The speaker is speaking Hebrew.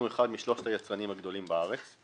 אנחנו אחד משלושת היצרנים הגדולים בארץ.